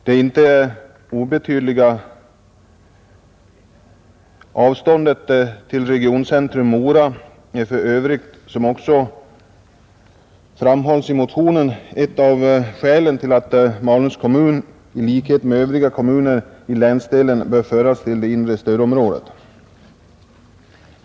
Det inte obetydliga avståndet till regioncentrum Mora är för övrigt, som också framhålles i motionen, ett av skälen till att Malungs kommun i likhet med övriga kommuner i länsdelen bör föras till det inre stödområdet.